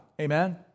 Amen